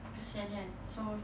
kesian kan